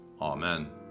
Amen